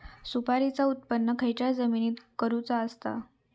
सुपारीचा उत्त्पन खयच्या जमिनीत करूचा असता?